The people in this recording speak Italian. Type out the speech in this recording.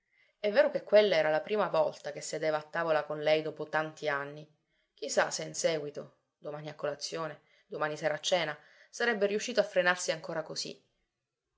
è vero che quella era la prima volta che sedeva a tavola con lei dopo tanti anni chi sa se in seguito domani a colazione domani sera a cena sarebbe riuscito a frenarsi ancora così